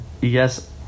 yes